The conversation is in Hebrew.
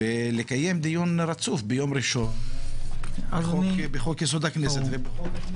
ולקיים דיון רצוף ביום ראשון בחוק יסוד: הכנסת ובחוק הכנסת.